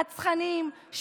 רצחניים,